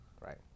Right